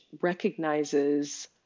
recognizes